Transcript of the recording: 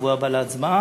בשבוע הבא להצבעה,